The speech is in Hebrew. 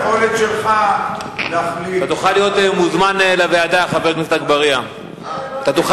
אתה תוכל להיות מוזמן לוועדה לדיון הזה,